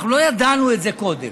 אנחנו לא ידענו את זה קודם.